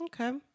Okay